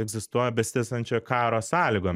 egzistuoja besitęsiančio karo sąlygom